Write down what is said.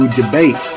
debate